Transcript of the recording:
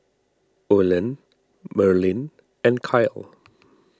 Olen Marlyn and Kyle